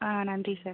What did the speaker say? ஆ நன்றி சார்